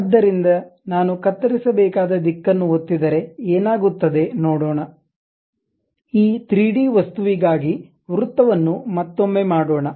ಆದ್ದರಿಂದ ನಾನು ಕತ್ತರಿಸಬೇಕಾದ ದಿಕ್ಕನ್ನು ಒತ್ತಿದರೆ ಏನಾಗುತ್ತದೆ ನೋಡೋಣ ಈ 3 ಡಿ ವಸ್ತುವಿಗಾಗಿ ವೃತ್ತವನ್ನು ಮತ್ತೊಮ್ಮೆ ಮಾಡೋಣ